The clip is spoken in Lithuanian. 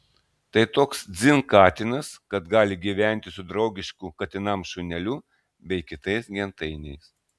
tai toks dzin katinas kad gali gyventi su draugišku katinams šuneliu bei kitais gentainiais